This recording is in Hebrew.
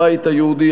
הבית היהודי,